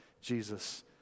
Jesus